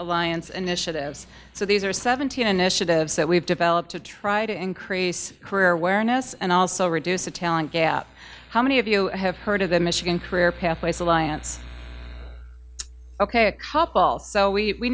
alliance initiatives so these are seventeen initiatives that we've developed to try to increase career awareness and also reduce the talent gap how many of you have heard of the michigan career pathways alliance ok